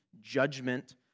judgment